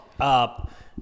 up